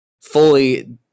fully